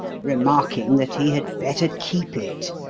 remarking that he had better keep it,